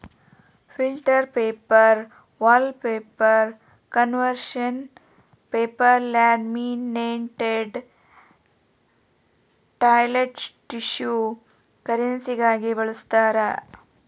filter paper wallpaper conservation paper laminated toilet tissue ಕರೆನ್ಸಿಗಾಗಿ ಬಳಸ್ತಾರ